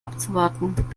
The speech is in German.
abzuwarten